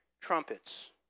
trumpets